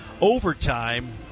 overtime